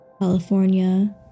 California